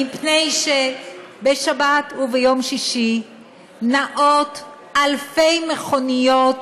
מפני שבשבת וביום שישי נעות אלפי מכוניות,